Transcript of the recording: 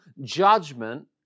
judgment